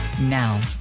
Now